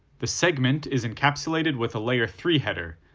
the segment is encapsulated with a layer three header,